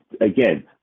again